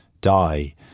die